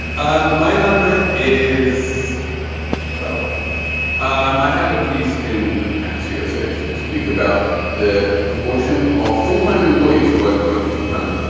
um my number is twelve um i had a piece in axios age this week about the proportion of full time employees who work remotely from home.